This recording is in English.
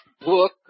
book